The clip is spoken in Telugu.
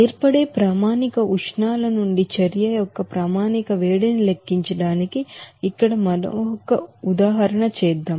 ఏర్పడే స్టాండ్డ్ర్డ్ హీట్ని నుండి చర్య యొక్క స్టాండ్డ్ర్డ్ హీట్ని లెక్కించడానికి ఇక్కడ మరొక ఉదాహరణ చేద్దాం